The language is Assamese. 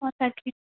অঁ তাকে